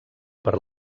per